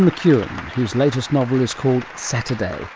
and who's latest novel is called saturday,